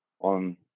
on